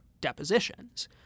depositions